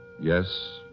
Yes